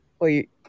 Wait